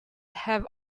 have